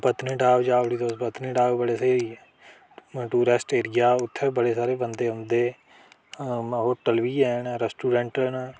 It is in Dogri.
पत्नीटप जाओ उठी तुस पत्नीटाप बी बड़ी स्हेई ऐ टूरिस्ट एरिया उत्थै बी बड़े सारे बंदे औंदे आ होटल बी हैन रैस्टोरेंट न